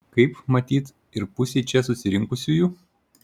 kaip matyt ir pusei čia susirinkusiųjų